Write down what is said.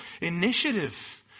initiative